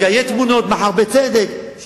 מחר יהיו תמונות, בצדק,